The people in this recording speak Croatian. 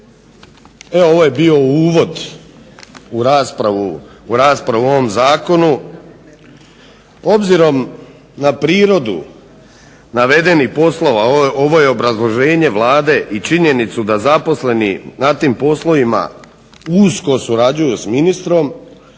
Evo ovo je bio uvod u raspravu o ovom zakonu. Obzirom na prirodu navedenih poslova ovo je obrazloženje Vlade i činjenicu da zaposleni na tim poslovima usko surađuju s ministrom